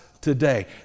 today